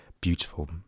beautiful